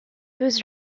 was